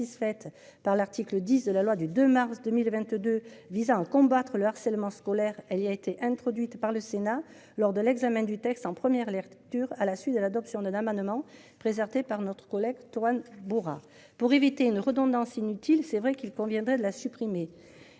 satisfaites par l'article 10 de la loi du 2 mars 2022, visant à combattre le harcèlement scolaire. Elle y a été introduite par le Sénat lors de l'examen du texte en première lecture à la suite de l'adoption de d'un amendement, présenté par notre collègue Toine. Pour éviter une redondance inutile. C'est vrai qu'il conviendrait de la supprimer